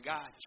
God